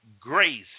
grace